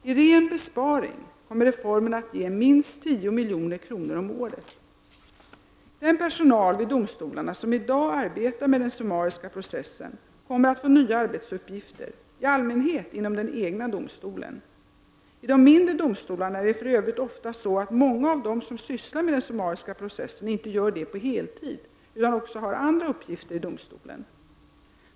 I ren besparing kommer reformen att ge minst 10 milj.kr. om året. Den personal vid domstolarna som i dag arbetar med den summariska processen kommer att få nya arbetsuppgifter, i allmänhet inom den egna domstolen. I de mindre domstolarna är det för övrigt ofta så att många av dem som sysslar med den summariska processen inte gör det på heltid utan också har andra uppgifter i domstolen.